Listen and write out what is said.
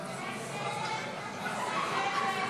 ההצבעה: 52 בעד,